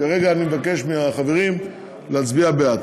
כרגע אני מבקש מהחברים להצביע בעד.